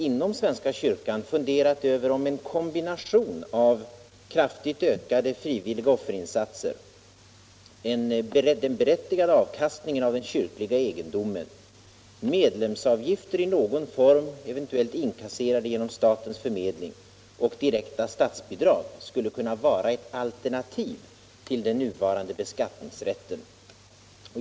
Inom svenska kyrkan har man då funderat över om en kombination av en kraftig ökning av frivilliga offerinsatser, en förbättrad avkastning av den kyrliga egendomen, medlemsavgifter i någon form, eventuellt inkasserade genom statlig förmedling, och direkta statsbidrag skulle kunna vara ett alternativ till den nuvarande beskattningsrätten.